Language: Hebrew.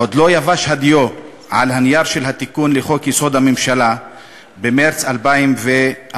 עוד לא יבשה הדיו מעל הנייר של התיקון לחוק-יסוד: הממשלה ממרס 2014,